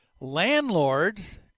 Landlords